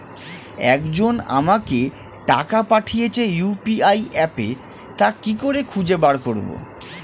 একজন আমাকে টাকা পাঠিয়েছে ইউ.পি.আই অ্যাপে তা কি করে খুঁজে বার করব?